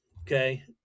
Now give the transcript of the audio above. Okay